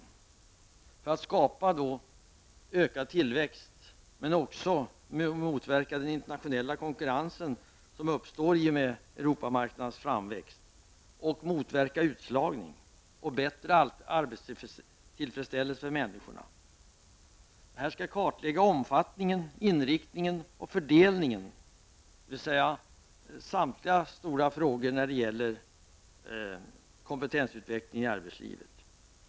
Syftet är att skapa ökad tillväxt och att motverka den internationella konkurrens som uppstår i och med Europamarknadens framväxt. Utslagning skall motverkas och människor skall få bättre arbetstillfredsställelse. Man skall kartlägga omfattningen, inriktningen och fördelningen, dvs. samtliga stora frågor när det gäller kompetensutveckling i arbetslivet.